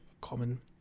common